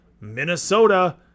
Minnesota